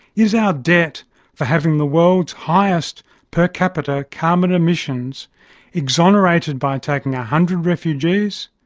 is our debt for having the world's highest per capita carbon emissions exonerated by taking a hundred refugees,